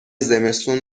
زمستون